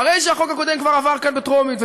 אחרי שהחוק הקודם כבר עבר כאן בטרומית,